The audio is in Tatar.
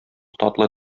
татлы